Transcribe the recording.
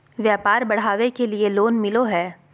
व्यापार बढ़ावे के लिए लोन मिलो है?